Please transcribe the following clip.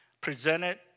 presented